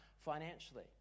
financially